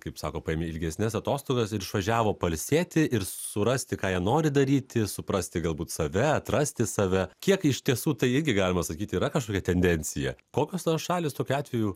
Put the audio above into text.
kaip sako paėmė ilgesnes atostogas ir išvažiavo pailsėti ir surasti ką jie nori daryti suprasti galbūt save atrasti save kiek iš tiesų tai irgi galima sakyt yra kažkokia tendencija kokios šalys tokiu atveju